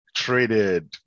traded